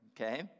okay